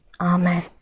amen